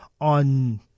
on